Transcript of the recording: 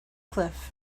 cliff